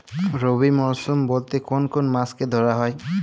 রবি মরশুম বলতে কোন কোন মাসকে ধরা হয়?